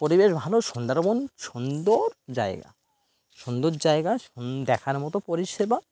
পরিবেশ ভালো সুন্দরবন সুন্দর জায়গা সুন্দর জায়গা দেখার মতো পরিষেবা